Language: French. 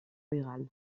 rural